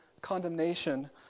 condemnation